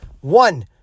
one